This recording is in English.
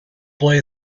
play